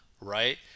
right